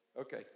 Okay